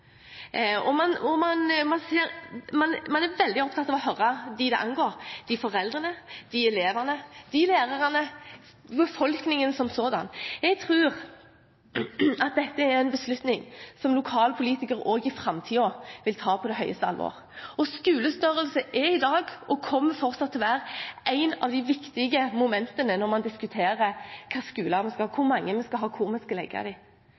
alvor. Man er veldig opptatt av å høre på dem som det angår: foreldrene, elevene, lærerne og befolkningen som sådan. Jeg tror at dette er en beslutning som lokalpolitikere også i framtiden vil ta på det største alvor. Skolestørrelse er i dag, og kommer fortsatt til å være, et av de viktige momentene når man diskuterer hva slags skoler vi skal ha, hvor